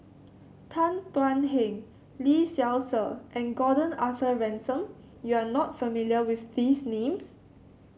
Tan Thuan Heng Lee Seow Ser and Gordon Arthur Ransome You are not familiar with these names